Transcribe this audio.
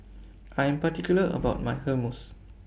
I Am particular about My Hummus